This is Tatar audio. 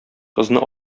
кызны